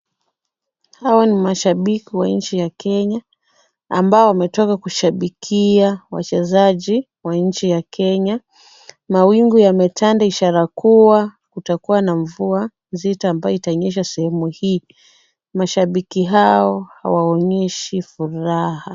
Hawa ni mashabiki wa nchi ya Kenya ambao wametoka kushabikia wachezaji wa nchi ya Kenya. Mawingu yametanda ishara kuwa kutakuwa na mvua mzito ambapo utanyesha sehemu hii. Mashabiki hawa hawaonyeshi furaha.